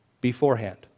beforehand